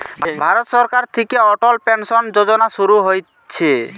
ভারত সরকার থিকে অটল পেনসন যোজনা শুরু হইছে